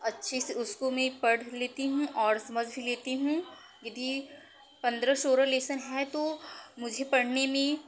अच्छे से उसको मैं पढ़ लेती हूँ और समझ भी लेती हूँ यदि पंद्रह सोलह लेसन हैं तो मुझे पढ़ने में